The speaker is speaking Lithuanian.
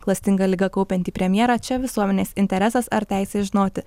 klastinga liga kaupiantį premjerą čia visuomenės interesas ar teisė žinoti